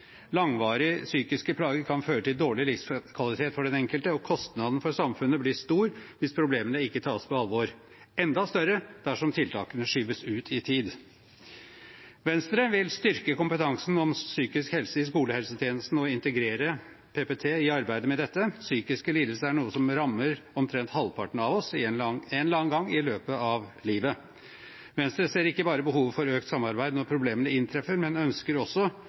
Langvarige psykiske plager kan føre til dårlig livskvalitet for den enkelte, og kostnaden for samfunnet blir stor hvis problemene ikke tas på alvor – og enda større dersom tiltakene skyves ut i tid. Venstre vil styrke kompetansen på psykisk helse i skolehelsetjenesten og integrere PPT i arbeidet med dette. Psykiske lidelser er noe som rammer omtrent halvparten av oss en eller annen gang i løpet av livet. Venstre ser ikke bare behov for samarbeid når problemene inntreffer, men ønsker også